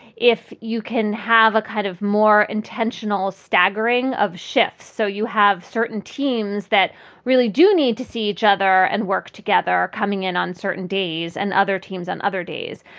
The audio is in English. if you can have a kind of more intentional, staggering of shifts. so you have certain teams that really do need to see each other and work together, are coming in on certain days and other teams on other days.